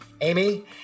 Amy